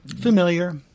Familiar